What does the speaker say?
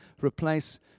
replace